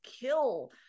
kill